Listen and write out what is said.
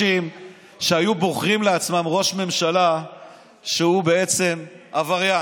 שהיו בוחרים לעצמם ראש ממשלה שהוא בעצם עבריין.